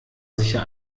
sicher